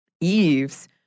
Eve's